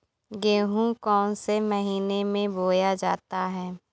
गेहूँ कौन से महीने में बोया जाता है?